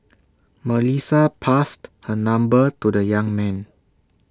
Melissa passed her number to the young man